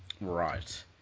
Right